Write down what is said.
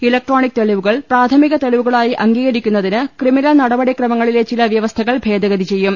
electronic തെളിവുകൾ പ്രാഥമിക തെളിവുകളായി അംഗീകരിക്കുന്നതിന് ക്രിമിനൽ നടപടി ക്രമങ്ങളിലെ ചില വ്യവസ്ഥകൾ ഭേദഗതി ചെയ്യും